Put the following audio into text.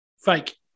Fake